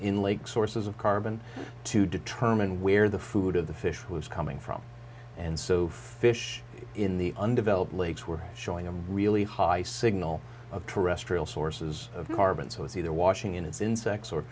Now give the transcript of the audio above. in lakes sources of carbon to determine where the food of the fish was coming from and so fish in the undeveloped lakes were showing a really high signal of terrestrial sources of carbon so it's either washing in it's insects or